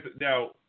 Now